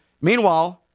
Meanwhile